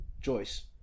Joyce